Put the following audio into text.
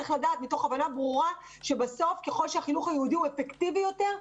צריך לדעת מתוך הבנה ברורה שככל שהחינוך היהודי הוא אפקטיבי יותר,